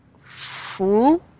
fool